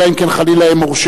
אלא אם כן חלילה הם הורשעו,